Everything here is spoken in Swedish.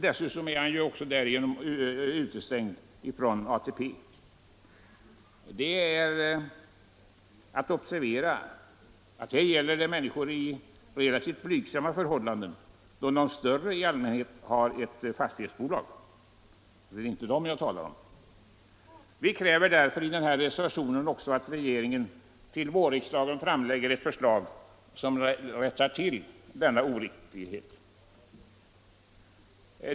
Dessutom har vederbörande även utestängts från ATP. Det är att observera att det gäller människor i relativt blygsamma förhållanden, då de större fastighetsägarna i allmänhet har ett fastighetsbolag. Vi kräver därför i reservationen också att regeringen till vårriksdagen framlägger ett förslag som rättar till denna oriktighet.